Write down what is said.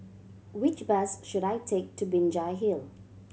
which bus should I take to Binjai Hill